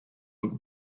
look